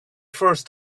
first